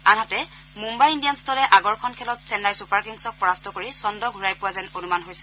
আনহাতে মুম্বাই ইণ্ডিয়ানছ দলে আগৰখন খেলত চেন্নাই ছুপাৰ কিংছক পৰাস্ত কৰি ছন্দ ঘূৰাই পোৱা যেন অনুমান হৈছে